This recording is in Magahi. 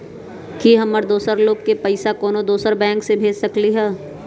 कि हम दोसर लोग के पइसा कोनो दोसर बैंक से भेज सकली ह?